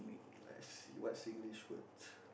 let's see what Singlish words